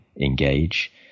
engage